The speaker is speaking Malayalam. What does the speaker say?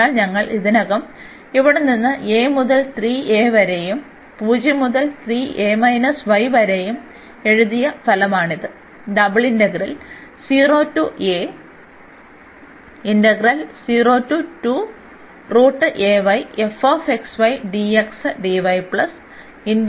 അതിനാൽ ഞങ്ങൾ ഇതിനകം ഇവിടെ നിന്ന് a മുതൽ 3a വരെയും 0 മുതൽ വരെയും എഴുതിയ ഫലമാണിത്